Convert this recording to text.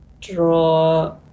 draw